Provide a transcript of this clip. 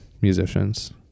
musicians